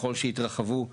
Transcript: ככל שיתרחבו השימושים,